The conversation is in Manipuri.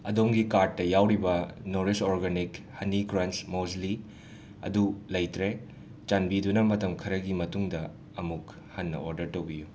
ꯑꯗꯣꯝꯒꯤ ꯀꯥꯔꯠꯇ ꯌꯥꯎꯔꯤꯕ ꯅꯣꯔꯤꯁ ꯑꯣꯔꯒꯥꯅꯤꯛ ꯍꯅꯤ ꯀ꯭ꯔꯟꯆ ꯃꯣꯖꯂꯤ ꯑꯗꯨ ꯂꯩꯇ꯭ꯔꯦ ꯆꯥꯟꯕꯤꯗꯨꯅ ꯃꯇꯝ ꯈꯔꯒꯤ ꯃꯇꯨꯡꯗ ꯑꯃꯨꯛ ꯍꯟꯅ ꯑꯣꯗꯔ ꯇꯧꯕꯤꯌꯨ